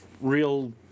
real